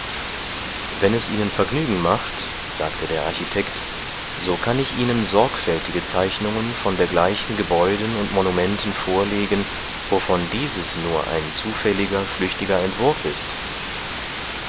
wenn es ihnen vergnügen macht sagte der architekt so kann ich ihnen sorgfältige zeichnungen von dergleichen gebäuden und monumenten vorlegen wovon dieses nur ein zufälliger flüchtiger entwurf ist